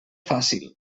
fàcil